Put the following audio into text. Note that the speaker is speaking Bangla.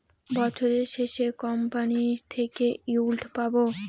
বছরের শেষে কোম্পানি থেকে ইল্ড পাবো